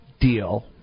deal